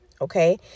okay